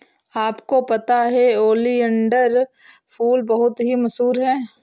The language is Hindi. आपको पता है ओलियंडर फूल बहुत ही मशहूर है